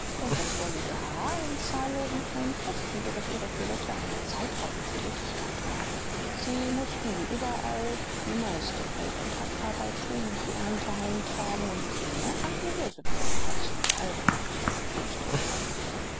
und das wollige haar in zahllosen kleinen flechten so daß ihre toilette eine zeitraubende tätigkeit war sie mußten wie überall die meiste feld und hackarbeit tun und die ernte heimtragen die männer tranken hirsebier und tanzten die halbe nacht beim getöse der trommel